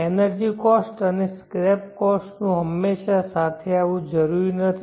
energy cost અને scrap cost નું હંમેશા સાથે આવવું જરૂરી નથી